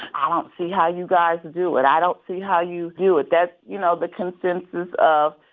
i don't see how you guys do it. i don't see how you do it. that's, you know, the consensus of,